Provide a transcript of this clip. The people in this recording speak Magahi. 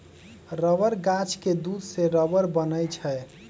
रबर गाछ के दूध से रबर बनै छै